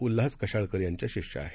उल्हास कशाळकर यांच्या शिष्या आहेत